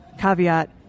caveat